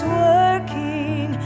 working